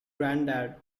grandad